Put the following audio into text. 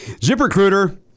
ZipRecruiter